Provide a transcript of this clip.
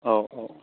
औ औ